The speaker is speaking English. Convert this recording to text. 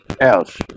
else